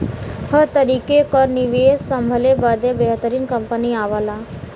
हर तरीके क निवेस संभले बदे बेहतरीन कंपनी आवला